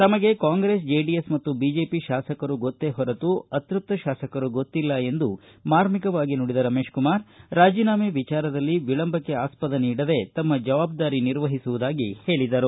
ತಮಗೆ ಕಾಂಗ್ರೆಸ್ ಜೆಡಿಎಸ್ ಮತ್ತು ಬಿಜೆಪಿ ಶಾಸಕರು ಗೊತ್ತೇ ಹೊರತು ಅತ್ಯಪ್ತ ಶಾಸಕರು ಗೊತ್ತಿಲ್ಲ ಎಂದು ಮಾರ್ಮಿಕವಾಗಿ ನುಡಿದ ರಮೇಶಕುಮಾರ ರಾಜೀನಾಮೆ ವಿಚಾರದಲ್ಲಿ ವಿಳಂಬಕ್ಕೆ ಆಸ್ಪದ ನೀಡಿದೆ ತಮ್ಮ ಜವಾಬ್ದಾರಿ ನಿರ್ವಹಿಸುವುದಾಗಿ ಹೇಳಿದರು